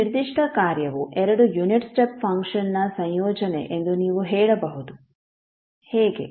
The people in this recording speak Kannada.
ಈ ನಿರ್ದಿಷ್ಟ ಕಾರ್ಯವು ಎರಡು ಯುನಿಟ್ ಸ್ಟೆಪ್ ಫಂಕ್ಷನ್ನ ಸಂಯೋಜನೆ ಎಂದು ನೀವು ಹೇಳಬಹುದು ಹೇಗೆ